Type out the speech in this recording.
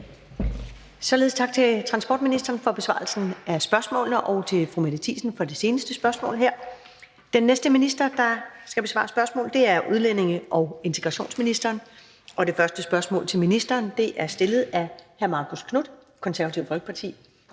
Således tak til transportministeren for besvarelsen af spørgsmålene og til fru Mette Thiesen for det seneste spørgsmål. Den næste minister, der skal besvare spørgsmål, er udlændinge- og integrationsministeren, og det første spørgsmål er stillet af hr. Marcus Knuth, Det Konservative Folkeparti.